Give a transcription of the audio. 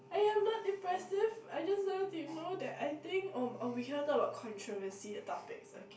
I am not depressive I just want you to know that I think oh oh we cannot talk about controversy topics okay